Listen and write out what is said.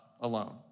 alone